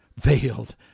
veiled